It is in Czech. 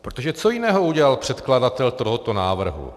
Protože co jiného udělal předkladatel tohoto návrhu?